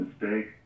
mistake